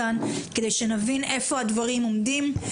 כדי שנבין איפה הדברים עומדים.